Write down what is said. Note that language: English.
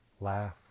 Laugh